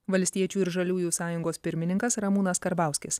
valstiečių ir žaliųjų sąjungos pirmininkas ramūnas karbauskis